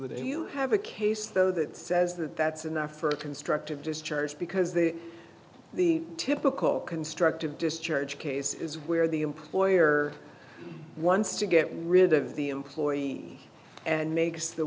the day you have a case though that says that that's enough for a constructive discharge because they the typical constructive discharge case is where the employer wants to get rid of the employee and makes the